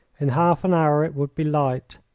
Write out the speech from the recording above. in half an hour it would be light.